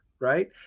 right